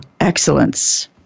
excellence